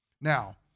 Now